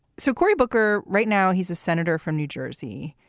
so corey booker right now, he's a senator from new jersey.